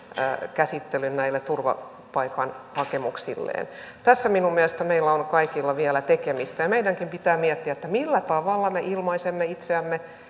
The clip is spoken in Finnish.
käsittelyn näille turvapaikkahakemuksilleen tässä minun mielestäni meillä kaikilla on vielä tekemistä meidänkin pitää miettiä millä tavalla me ilmaisemme itseämme